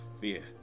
Fear